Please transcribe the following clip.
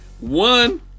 one